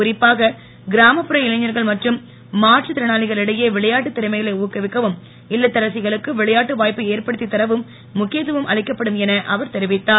குறிப்பாக கிராமப்புற இளைஞர்கள் மற்றும் மாற்றுத் திறனாளிகளிடையே விளையாட்டு திறமைகளை ஊக்குவிக்கவும் இல்லத்தரசிகளுக்கு விளையாட்டு வாய்ப்பு ஏற்படுத்தி தரவும் முக்கியத் துவம் அளிக்கப்படும் என அவர் தெரிவித்தார்